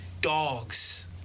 dogs